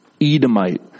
Edomite